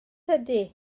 ydy